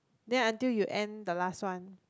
then until you end the last one